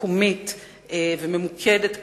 מקומית וממוקדת כזאת,